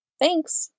Thanks